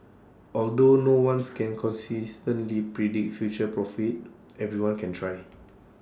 although no ones can consistently predict future profits everyone can try